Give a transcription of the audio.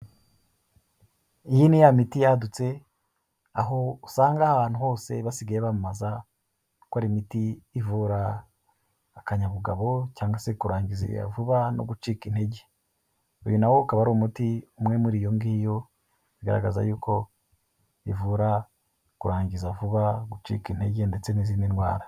Iyi ni ya miti yadutse aho usanga abantu hose basigaye bamaza gukora imiti ivura akanyabugabo cyangwa se kurangiza vuba no gucika intege. Uyu na wo ukaba ari umuti umwe muri iyo ngiyo, bigaragaza yuko ivura kurangiza vuba, gucika intege ndetse n'izindi ndwara.